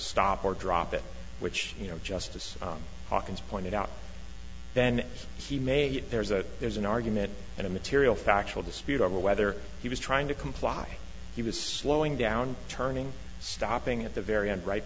stop or drop it which you know justice hawkins pointed out then he may there's a there's an argument and immaterial factual dispute over whether he was trying to comply he was slowing down turning stopping at the very end right